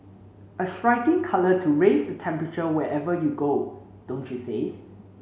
a striking colour to raise the temperature wherever you go don't you say